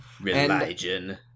Religion